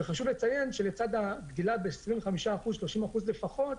חשוב לציין שלצד הגדילה ב-30% לפחות,